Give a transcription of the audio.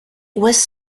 was